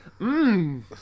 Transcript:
Mmm